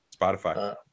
Spotify